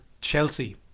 Chelsea